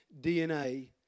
DNA